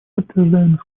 подтверждаем